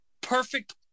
perfect